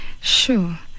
Sure